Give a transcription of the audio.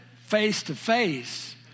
face-to-face